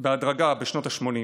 בהדרגה בשנות השמונים.